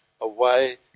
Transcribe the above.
away